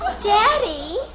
Daddy